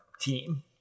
Team